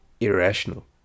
Irrational